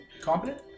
competent